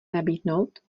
nabídnout